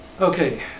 Okay